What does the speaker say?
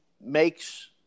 makes